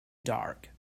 dark